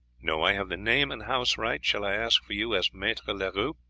no, i have the name and house right. shall i ask for you as maitre leroux?